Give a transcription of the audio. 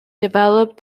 developed